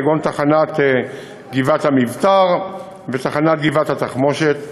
כגון תחנת גבעת-המבתר ותחנת גבעת-התחמושת,